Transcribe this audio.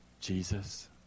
Jesus